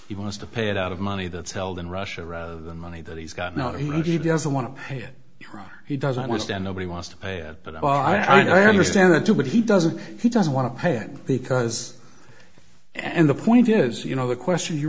he wants to pay it out of money that's held in russia rather than money that he's got no he doesn't want to pay it he doesn't understand nobody wants to pay it but i understand that too but he doesn't he doesn't want to pay it because and the point is you know the question